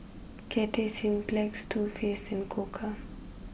Cathay Cineplex Too Faced and Koka